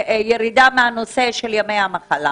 ירידה מהנושא של ימי המחלה.